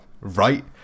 Right